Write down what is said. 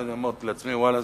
ואני אמרתי לעצמי: ואללה,